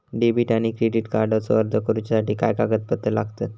Debit आणि credit कार्डचो अर्ज करुच्यासाठी काय कागदपत्र लागतत?